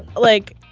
like,